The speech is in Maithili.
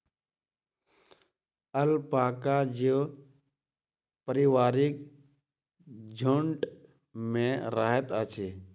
अलपाका जीव पारिवारिक झुण्ड में रहैत अछि